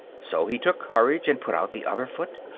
so he took courage and put out the other foot.